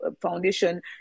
Foundation